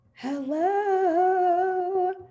Hello